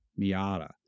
Miata